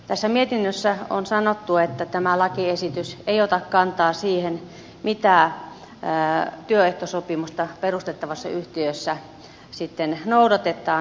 tässä mietinnössä on sanottu että tämä lakiesitys ei ota kantaa siihen mitä työehtosopimusta perustettavassa yhtiössä noudatetaan